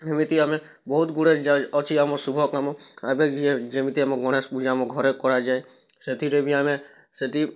ଏମିତି ଆମେ ବହୁତ୍ ଗୁଡ଼ାଏ ଅଛି ଆମର ଶୁଭ କାମ ଏବେ ଯେମିତି ଆମ ଗଣେଶ ପୂଜା ଆମ ଘରେ କରାଯାଏ ସେଥିରେ ବି ଆମେ ସେଠି